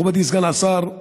מכובדי סגן השר,